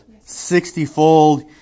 sixtyfold